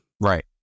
Right